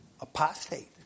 Apostate